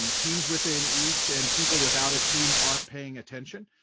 and teams within each, and people without a team aren't paying attention.